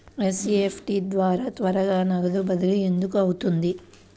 NEFT ద్వారా త్వరగా నగదు బదిలీ ఎందుకు అవుతుంది?